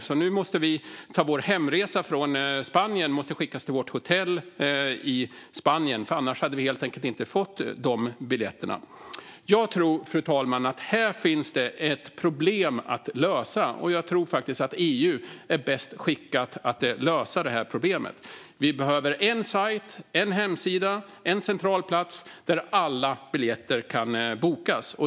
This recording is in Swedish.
Därför måste våra biljetter för hemresan från Spanien skickas till vårt hotell i Spanien, annars hade vi inte fått biljetterna. Fru talman! Jag tror att det finns ett problem att lösa här, och jag tror faktiskt att EU är bäst skickat att lösa det. Vi behöver en sajt, en hemsida, som är en central plats där alla biljetter kan bokas.